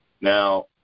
Now